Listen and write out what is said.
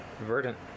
Verdant